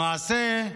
למעשה,